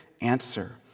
answer